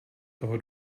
toho